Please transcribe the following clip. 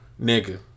Nigga